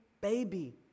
baby